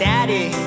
Daddy